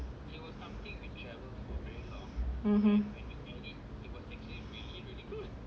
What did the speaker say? mmhmm